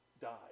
died